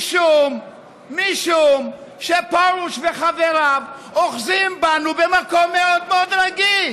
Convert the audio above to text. משום שפרוש וחבריו אוחזים בנו במקום מאוד מאוד רגיש,